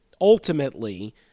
ultimately